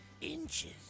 inches